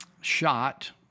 shot